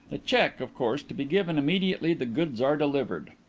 the cheque, of course, to be given immediately the goods are delivered?